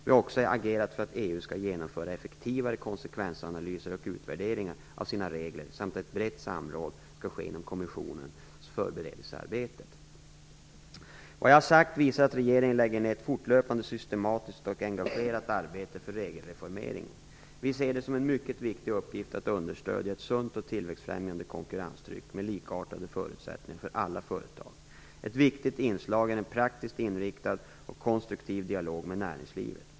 Vi har också agerat för att EU skall genomföra effektivare konsekvensanalyser och utvärderingar av sina regler samt att ett brett samråd skall ske inom kommissionens förberedelsearbete. Vad jag har sagt visar att regeringen lägger ned ett fortlöpande, systematiskt och engagerat arbete för regelreformeringen. Vi ser det som en mycket viktig uppgift att understödja ett sunt och tillväxtfrämjande konkurrenstryck med likartade förutsättningar för alla företag. Ett viktigt inslag är en praktiskt inriktad och konstruktiv dialog med näringslivet.